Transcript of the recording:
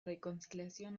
reconciliación